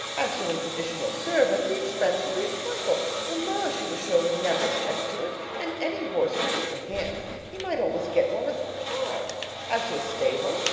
as to an additional servant, the expense would be a trifle mama she was sure would never object to it and any horse would do for him he might always get one at the park as to a stable,